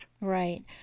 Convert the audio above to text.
Right